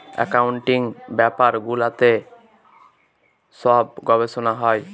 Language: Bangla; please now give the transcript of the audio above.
একাউন্টিং ব্যাপারগুলোতে সব গবেষনা হয়